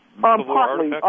Partly